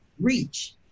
reach